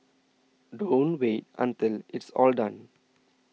don't wait until it's all done